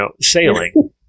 sailing